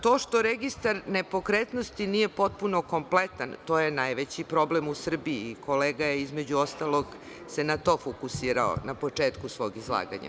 To što registar nepokretnosti nije potpuno kompletan, to je najveći problem u Srbiji i kolega je, između ostalog, se na to fokusirao na početku svog izlaganja.